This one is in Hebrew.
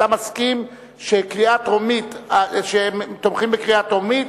אתה מסכים שהם תומכים בקריאה טרומית,